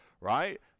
right